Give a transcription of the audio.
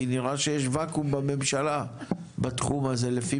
כי נראה שיש ואקום בממשלה בתחום הזה לפי